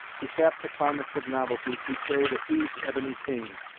to cap the climax of novelty, he carried a huge ebony cane,